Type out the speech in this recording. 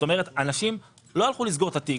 כלומר אנשים לא הלכו לסגור את התיק,